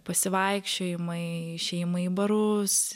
pasivaikščiojimai išėjimai į barus